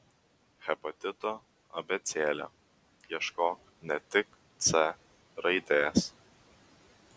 hepatito abėcėlė ieškok ne tik c raidės